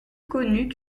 connut